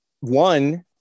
One